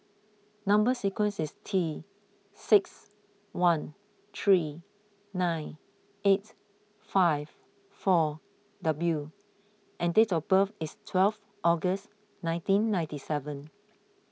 Number Sequence is T six one three nine eight five four W and date of birth is twelve August nineteen ninety seven